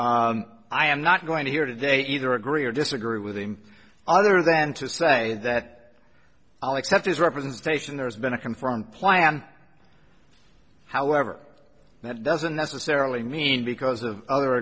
c i am not going to here today either agree or disagree with him other than to say that i'll accept his representation there's been a confirmed plan however that doesn't necessarily mean because of other